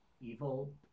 evil